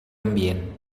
ambient